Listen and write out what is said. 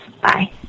Bye